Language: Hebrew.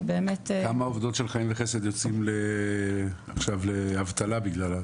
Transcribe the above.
כמה עובדות של חיים וחסד יוצאים עכשיו לאבטלה בגלל הבשורה הזאת?